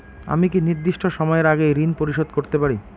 আমি কি নির্দিষ্ট সময়ের আগেই ঋন পরিশোধ করতে পারি?